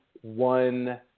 one